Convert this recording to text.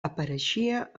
apareixia